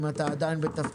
אם הוא יהיה עדיין בתפקיד.